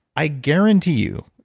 i guarantee you,